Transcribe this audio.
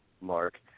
Mark